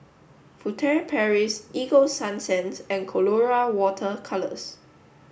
furtere Paris Ego sunsense and Colora water colours